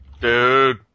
Dude